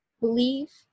believe